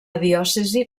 diòcesi